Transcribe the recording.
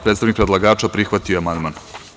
Predstavnik predlagača prihvatio je amandman.